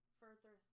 further